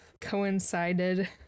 coincided